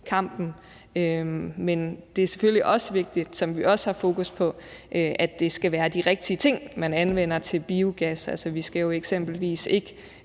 klimakampen. Men det er selvfølgelig også vigtigt, som vi også har fokus på, at det skal være de rigtige ting, man anvender til biogas. Altså, vi skal jo eksempelvis ikke